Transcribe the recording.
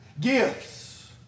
gifts